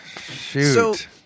Shoot